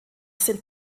sind